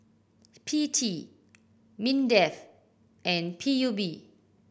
P T MINDEF and P U B